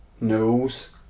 nose